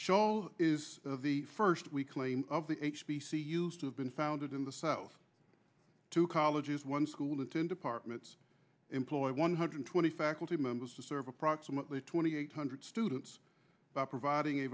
show is the first weekly of the h b c used to have been founded in the south to colleges one school and ten departments employ one hundred twenty faculty members to serve approximately twenty eight hundred students by providing a